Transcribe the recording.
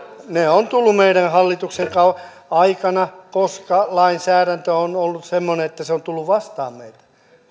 ovat tulleet meidän hallituksen aikana koska lainsäädäntö on ollut semmoinen että se on tullut vastaan meitä